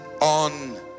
on